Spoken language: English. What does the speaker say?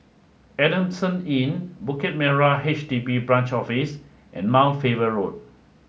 Adamson Inn Bukit Merah H D B Branch Office and Mount Faber Road